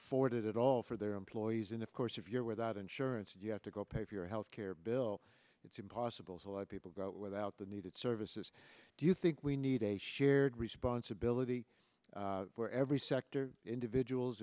afford it all for their employees and of course if you're without insurance you have to go pay for your health care bill it's impossible to let people go out without the needed services do you think we need a shared responsibility every sector individuals